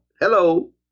Hello